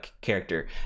character